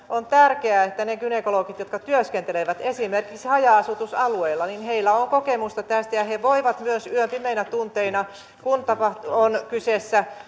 on tärkeää että niillä gynekologeilla jotka työskentelevät esimerkiksi haja asutusalueella on kokemusta tästä ja he voivat myös yön pimeinä tunteina kun on kyseessä